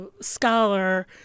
scholar